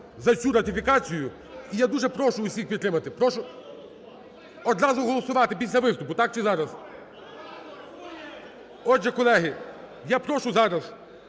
за цю ратифікацію і я дуже прошу всіх підтримати. Прошу… одразу голосувати після виступу так, чи зараз? Отже, колеги, я прошу зараз